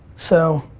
so,